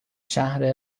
شهر